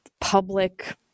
public